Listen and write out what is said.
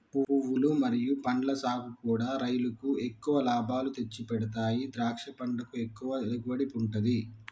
పువ్వులు మరియు పండ్ల సాగుకూడా రైలుకు ఎక్కువ లాభాలు తెచ్చిపెడతాయి ద్రాక్ష పంటకు ఎక్కువ దిగుబడి ఉంటది